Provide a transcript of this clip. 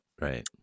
right